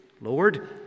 Lord